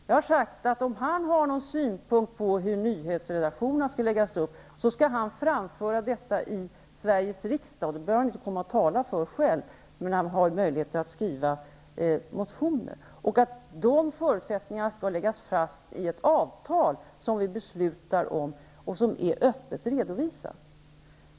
Jag har sagt att om han har någon synpunkt på hur nyhetsredaktionerna skall läggas upp, skall han framföra detta i Sveriges riksdag -- det behöver han inte komma och tala för själv, men han har möjlighet att skriva motioner -- och att förutsättningarna skall läggas fast i ett avtal som vi beslutar om och som är öppet redovisat.